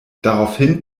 daraufhin